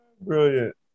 Brilliant